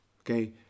Okay